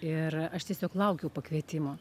ir aš tiesiog laukiau pakvietimo